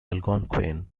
algonquin